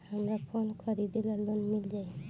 हमरा फोन खरीदे ला लोन मिल जायी?